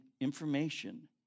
information